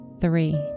three